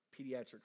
pediatric